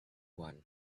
one